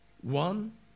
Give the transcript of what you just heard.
One